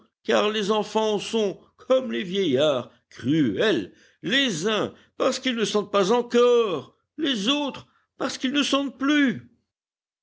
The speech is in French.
car les enfants sont comme les vieillards cruels les uns parce qu'ils ne sentent pas encore les autres parce qu'ils ne sentent plus